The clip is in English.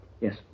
Yes